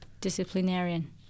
disciplinarian